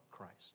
Christ